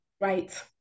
Right